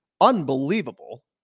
unbelievable